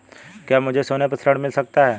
क्या मुझे सोने पर ऋण मिल सकता है?